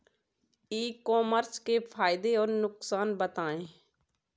ई commerce के फायदे और नुकसान बताएँ?